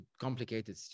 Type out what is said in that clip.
complicated